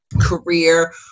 career